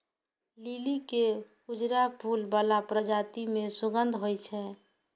लिली के उजरा फूल बला प्रजाति मे सुगंध होइ छै